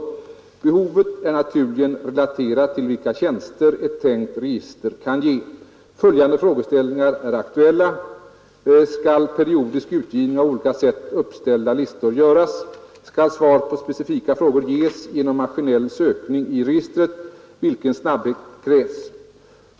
Behovet är naturligen relaterat till vilka tjänster ett tänkt register kan ge. Följande frågeställningar är aktuella: Skall periodisk utgivning av på olika sätt uppställda listor göras? Skall svar på specifika frågor ges genom maskinell sökning i registret? Vilken snabbhet krävs?